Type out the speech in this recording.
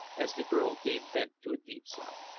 as the girl gave vent to a deep sigh.